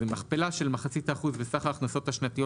זה מכפלה של מחצית האחוז וסך ההכנסות השנתיות